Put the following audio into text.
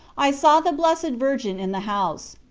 i saw the blessed virgin in the house.